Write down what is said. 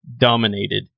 dominated